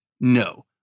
No